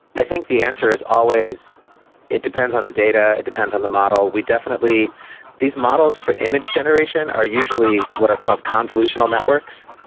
i think the answer is always it depends on the data, it depends on the model. we definitely these models for image generation are usually what are called convolutional networks.